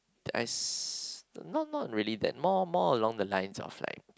nice not not really that more more along the lines of like